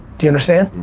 do you understand?